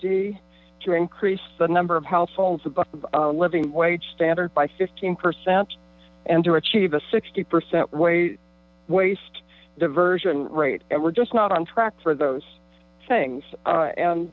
d to increase the number of households above living wage standard by fifteen percent and to achieve a sixty percent weight waste diversion rate and we're just not on track for those things and